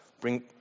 Bring